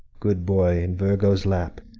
good boy, in virgo's lap!